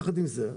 יחד עם זה,